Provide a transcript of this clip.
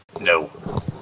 No